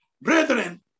Brethren